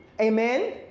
amen